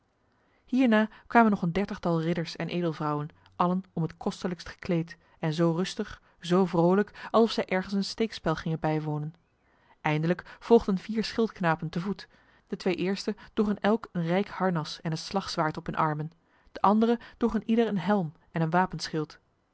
hierna kwam nog een dertigtal ridders en edelvrouwen allen om het kostelijkst gekleed en zo rustig zo vrolijk alsof zij ergens een steekspel gingen bijwonen eindelijk volgden vier schildknapen te voet de twee eerste droegen elk een rijk harnas en een slagzwaard op hun armen de andere droegen ieder een helm en een wapenschild